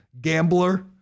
gambler